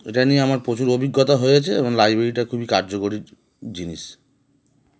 এটা নিয়ে আমার প্রচুর অভিজ্ঞতা হয়েছে এবং লাইব্রেরিটা খুবই কার্যকরী জিনিস